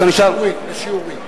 לשיעורין.